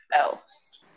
else